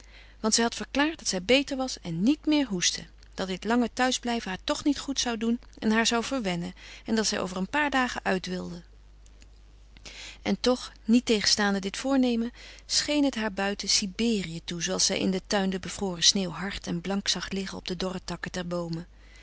want zij had verklaard dat zij beter was en niet meer hoestte dat dit lange thuis blijven haar toch niet goed zou doen en haar zou verwennen en dat zij over een paar dagen uit wilde en toch niettegenstaande dit voornemen scheen het haar buiten siberië toe zooals zij in den tuin de bevroren sneeuw hard en blank zag liggen op de dorre takken der boomen